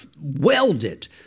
welded